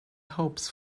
hopes